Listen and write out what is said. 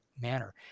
manner